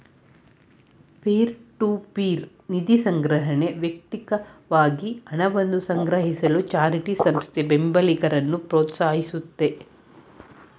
peer to peer ನಿಧಿಸಂಗ್ರಹಣೆ ವ್ಯಕ್ತಿಕವಾಗಿ ಹಣವನ್ನ ಸಂಗ್ರಹಿಸಲು ಚಾರಿಟಿ ಸಂಸ್ಥೆ ಬೆಂಬಲಿಗರನ್ನ ಪ್ರೋತ್ಸಾಹಿಸುತ್ತೆ